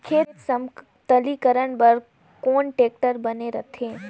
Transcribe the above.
खेत समतलीकरण बर कौन टेक्टर बने रथे?